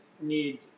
need